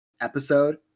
episode